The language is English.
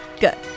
Good